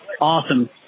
Awesome